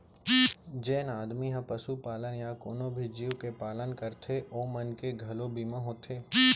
जेन आदमी ह पसुपालन या कोनों भी जीव के पालन करथे ओ मन के घलौ बीमा होथे